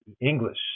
English